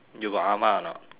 you got ah ma or not